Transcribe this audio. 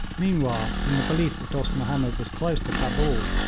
meanwhile, in the belief that dost mahomed was close to cabul,